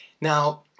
Now